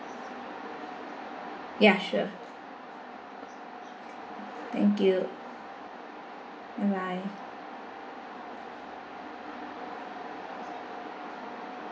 ya sure thank you bye bye